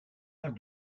aire